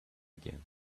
again